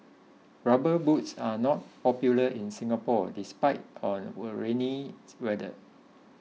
rubber boots are not popular in Singapore despite our rainy weather